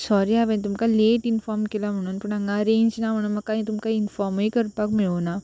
sorry हांवेंन तुमकां late inform केलां म्हणून पूण हांगा रेंज ना म्हणून म्हाका तुमकां इनफॉर्मूय करपाक मेळूं ना